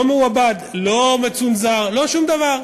לא מעובד, לא מצונזר, לא שום דבר.